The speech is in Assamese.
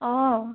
অঁ